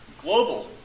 Global